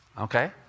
okay